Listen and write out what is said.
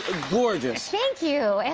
gorgeous. thank you!